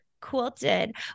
quilted